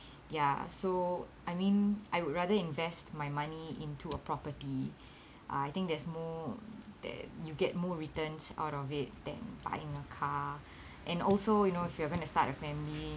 ya so I mean I would rather invest my money into a property I think there's more that you get more returns out of it than buying a car and also you know if you're going to start a family